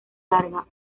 larga